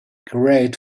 great